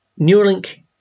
Neuralink